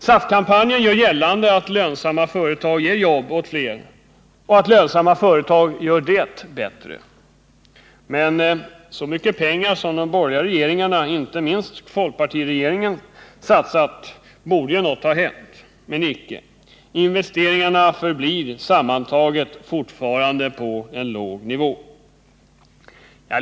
SAF-kampanjen gör gällande att lönsamma företag ger jobb åt fler och att lönsamma företag gör det bättre. Men så mycket pengar som de borgerliga regeringarna, inte minst folkpartiregeringen, satsat borde ju något ha hänt. Men icke, investeringarna förblir sammantaget fortfarande på en låg nivå.